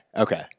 Okay